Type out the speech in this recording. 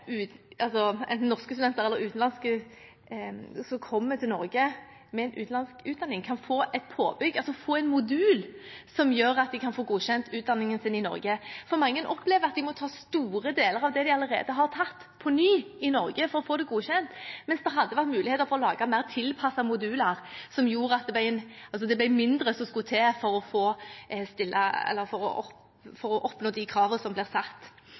utenlandske studenter som kommer til Norge med en utenlandsk utdanning, kan få et påbygg, en modul, som gjør at de kan få godkjent utdanningen sin i Norge. Mange opplever at de må ta store deler av det de allerede har tatt, på ny i Norge for å få det godkjent, mens det hadde vært mulig å lage mer tilpassede moduler som gjorde at det ble mindre som skulle til for å oppnå de kravene som ble stilt. Vi har fått tilbakemeldinger fra mange som